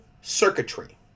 circuitry